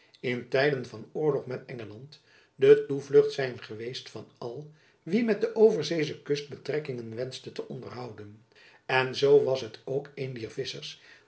in tijden van oorlog met engeland de toevlucht zijn geweest van al wie met de overzeesche kust betrekkingen wenschte te onderhouden en zoo was het ook een